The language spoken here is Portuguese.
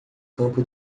campo